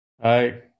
hi